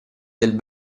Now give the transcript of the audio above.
del